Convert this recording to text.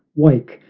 wake,